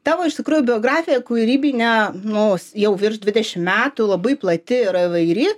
tavo iš tikrųjų biografija kūrybinę nus jau virš dvidešimt metų labai plati ir įvairi